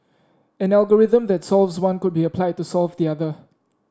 an algorithm that solves one could be applied to solve the other